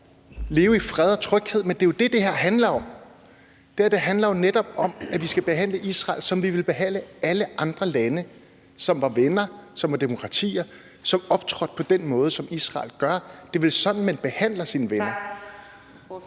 leve i fred og tryghed. Men det er jo det, det her handler om. Det her handler jo netop om, at vi skal behandle Israel, som vi ville behandle alle andre lande, som vi var venner med, som var demokratier, og som optrådte på den måde, som Israel gør. Det er vel sådan, man behandler sine venner?